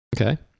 Okay